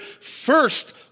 first